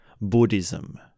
Buddhism